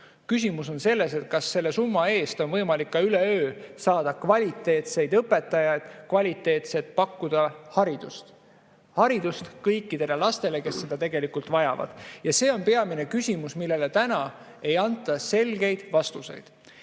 Küsimus on selles, kas nende summade eest on võimalik üleöö saada ka kvaliteetseid õpetajaid, pakkuda kvaliteetselt haridust, haridust kõikidele lastele, kes seda vajavad. See on peamine küsimus, millele täna ei anta selgeid vastuseid.